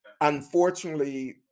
unfortunately